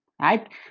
right